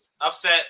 Upset